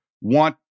want